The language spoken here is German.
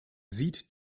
sieht